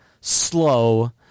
slow